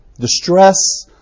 Distress